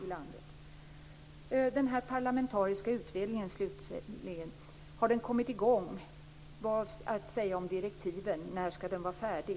Slutligen undrar jag om den parlamentariska utredningen har kommit i gång. Vad finns att säga om direktiven? När skall den vara färdig?